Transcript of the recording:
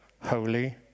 holy